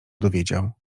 dowiedział